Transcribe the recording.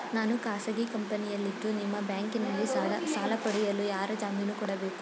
ನಾನು ಖಾಸಗಿ ಕಂಪನಿಯಲ್ಲಿದ್ದು ನಿಮ್ಮ ಬ್ಯಾಂಕಿನಲ್ಲಿ ಸಾಲ ಪಡೆಯಲು ಯಾರ ಜಾಮೀನು ಕೊಡಬೇಕು?